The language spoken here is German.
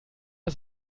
das